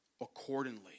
accordingly